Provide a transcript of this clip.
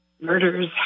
murders